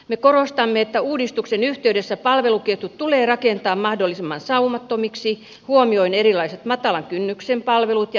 me korostamme että uudistuksen yhteydessä palveluketjut tulee rakentaa mahdollisimman saumattomiksi huomioiden erilaiset matalan kynnyksen palvelut ja ennalta ehkäisevät toimet